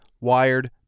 Wired